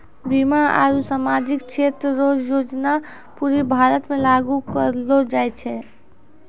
बीमा आरू सामाजिक क्षेत्र रो योजना पूरे भारत मे लागू करलो जाय छै